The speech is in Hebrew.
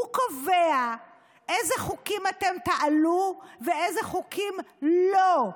הוא קובע אילו חוקים אתם תעלו ואילו חוקים לא.